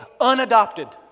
unadopted